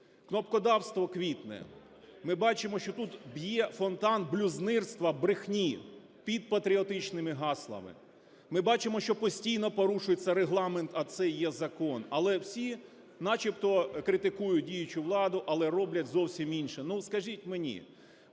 кнопкодавство квітне. Ми бачимо, що тут б'є фонтан блюзнірства, брехні під патріотичними гаслами. Ми бачимо, що постійно порушується Регламент, а це є закон. Але всі начебто критикують діючу владу, але роблять зовсім інше. Ну, скажіть мені,